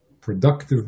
productive